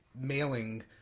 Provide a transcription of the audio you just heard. mailing